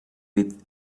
with